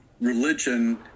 religion